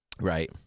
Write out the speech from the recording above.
Right